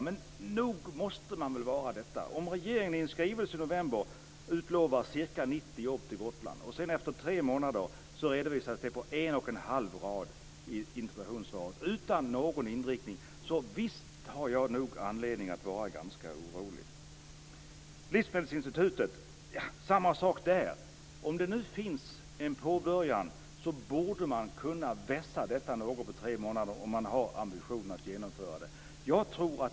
Men nog måste man väl vara orolig när regeringen i en skrivelse i november utlovar ca 90 jobb till Gotland, och när resultatet efter tre månader redovisas på en och en halv rad i ett interpellationssvar utan att någon inriktning anges. Så visst har jag anledning att vara ganska orolig. Det är samma sak när det gäller livsmedelsinstitutet. Om det nu har påbörjats borde man kunna vässa detta på tre månader, om man har ambition att genomföra det.